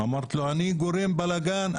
אמרתי לו, אני גורם לבלגן?